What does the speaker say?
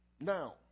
Now